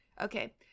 okay